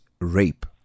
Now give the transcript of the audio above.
rape